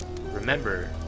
remember